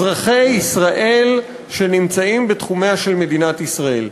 אזרחי ישראל שנמצאים בתחומיה של מדינת ישראל.